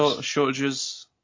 shortages